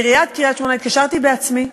לעיריית קריית-שמונה התקשרתי בעצמי.